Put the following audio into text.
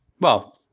Well-